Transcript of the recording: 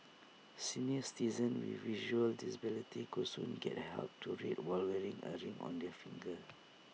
senior citizens with visual disabilities could soon get help to read while wearing A ring on their finger